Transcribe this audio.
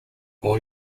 all